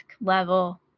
level